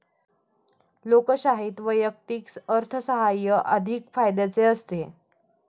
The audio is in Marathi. लोकशाहीत वैयक्तिक अर्थसाहाय्य अधिक फायद्याचे असते